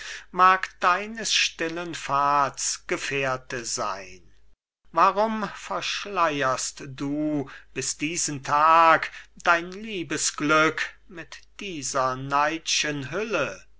mag deines stillen pfads gefährte sein warum verschleierst du bis diesen tag dein liebesglück mit dieser